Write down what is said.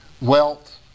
wealth